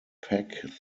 peck